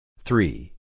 three